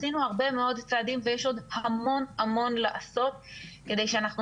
עשינו הרבה מאוד צעדים ויש עוד המון המון לעשות כדי שאנחנו